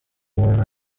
umuntu